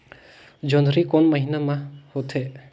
जोंदरी कोन महीना म होथे?